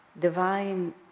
divine